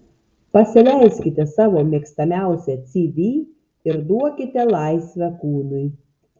pasileiskite savo mėgstamiausią cd ir duokite laisvę kūnui